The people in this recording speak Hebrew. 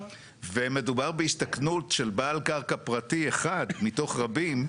ומדובר בהסתכנות של בעל קרקע פרטי אחד מתוך רבים,